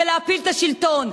ולהפיל את השלטון.